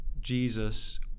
Jesus